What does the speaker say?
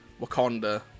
Wakanda